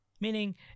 Meaning